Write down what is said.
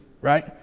right